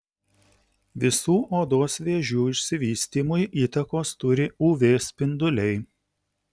visų odos vėžių išsivystymui įtakos turi uv spinduliai